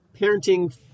parenting